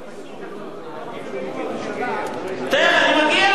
תיכף, נגיע לזה, סילבן, בוודאי, למה אני מגיע?